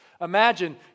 Imagine